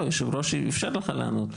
היושב ראש אפשר לך לענות.